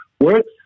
works